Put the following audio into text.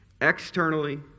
externally